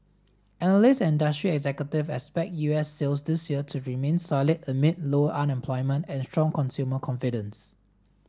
analysts and industry executives expect U S sales this year to remain solid amid low unemployment and strong consumer confidence